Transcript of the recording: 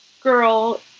girl